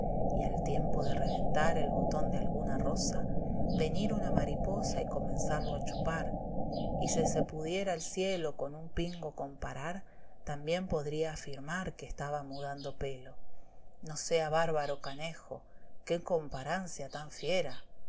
y al tiempo de reventar el botón de alguna rosa venir una mariposa y comenzarlo a chupar y si se pudiera el cielo con un pingo comparar también podría afirmar que estaba mudando pelo no sea bárbaro canejo qué eomparancia tan fiera